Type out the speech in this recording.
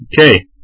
okay